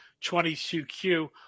22Q